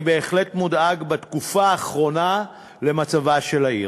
אני בהחלט מודאג בתקופה האחרונה ממצבה של העיר.